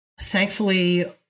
Thankfully